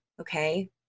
Okay